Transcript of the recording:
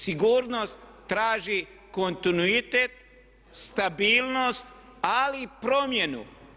Sigurnost traži kontinuitet, stabilnost ali i promjenu.